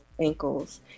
Ankles